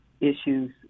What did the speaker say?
issues